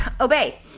obey